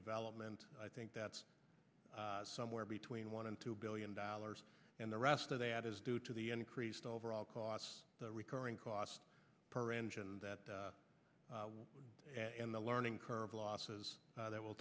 development i think that's somewhere between one and two billion dollars and the rest of the ad is due to the increased overall cost the recurring cost per engine that would and the learning curve losses that will